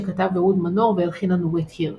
שכתב אהוד מנור והלחינה נורית הירש.